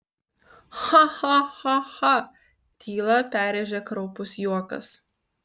ha ha ha ha tylą perrėžė kraupus juokas